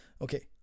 okay